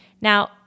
Now